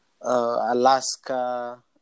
Alaska